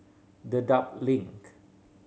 Dedap Link